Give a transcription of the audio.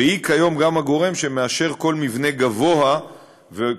והיא כיום גם הגורם שמאשר כל מבנה גבוה וקובעת